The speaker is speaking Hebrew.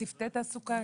יהיו צוותי תעסוקה?